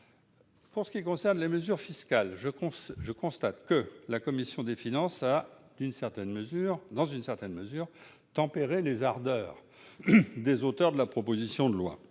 Pour ce qui concerne les mesures fiscales, je constate que la commission des finances a, dans une certaine mesure, tempéré les ardeurs des auteurs de la proposition de loi.